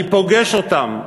אני פוגש אותם,